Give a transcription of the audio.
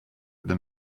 than